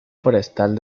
forestal